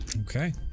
Okay